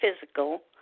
physical